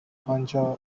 hanja